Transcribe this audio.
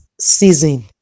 season